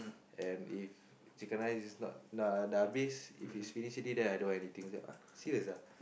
and if chicken rice is not dah habis if is finish already then I don't want anything then I say !huh! serious ah